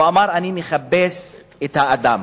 הוא אמר: אני מחפש את האדם.